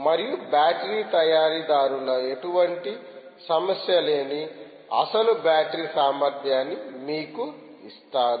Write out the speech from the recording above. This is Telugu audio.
మరియు బ్యాటరీ తయారీదారులు ఎటువంటి సమస్య లేని అసలు బ్యాటరీ సామర్థ్యాన్ని మీకు ఇస్తారు